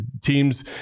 teams